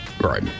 Right